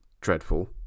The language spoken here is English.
Dreadful